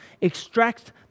extract